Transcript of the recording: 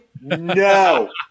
No